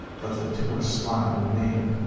but the timorous smile remained,